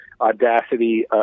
audacity